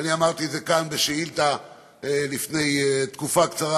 ואמרתי את זה כאן בשאילתה לפני תקופה קצרה,